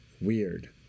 weird